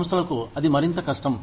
సంస్థలకు అది మరింత కష్టం